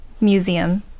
Museum